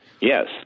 Yes